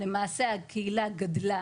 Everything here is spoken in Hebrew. למעשה הקהילה גדלה